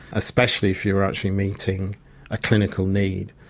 especially if you're actually meeting a clinical need.